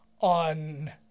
on